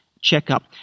checkup